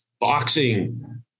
boxing